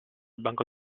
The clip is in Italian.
banco